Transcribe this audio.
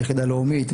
כיחידה לאומית,